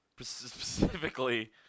specifically